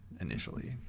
initially